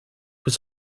was